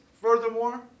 furthermore